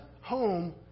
home